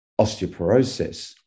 osteoporosis